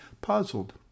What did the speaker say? puzzled